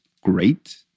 great